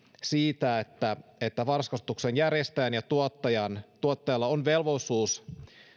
siitä että että varhaiskasvatuksen järjestäjällä ja tuottajalla on velvollisuus